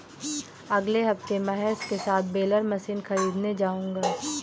अगले हफ्ते महेश के साथ बेलर मशीन खरीदने जाऊंगा